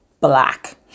black